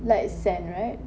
like send right